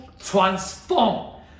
transform